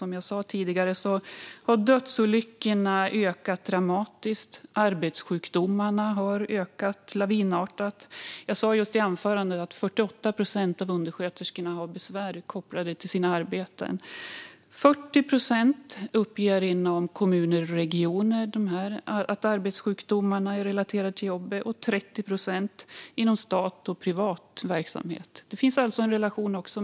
Som jag sa tidigare har dödsolyckorna ökat dramatiskt. Arbetssjukdomarna har ökat lavinartat; jag sa i mitt anförande att 48 procent av undersköterskorna har besvär kopplade till sina arbeten. Inom kommuner och regioner uppger 40 procent att de har sjukdomar relaterade till jobbet. Inom statlig och privat verksamhet är det 30 procent.